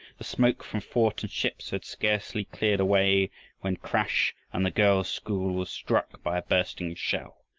the smoke from fort and ships had scarcely cleared away when, crash! and the girls' school was struck by a bursting shell.